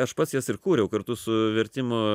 aš pats jas ir kūriau kartu su vertimo